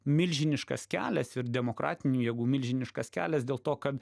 milžiniškas kelias ir demokratinių jėgų milžiniškas kelias dėl to kad